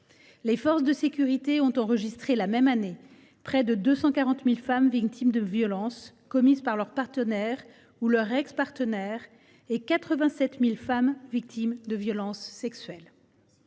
Les forces de sécurité ont enregistré la même année près de 240 000 femmes victimes de violences commises par leur partenaire ou leur ex partenaire et 87 000 femmes victimes de violences sexuelles.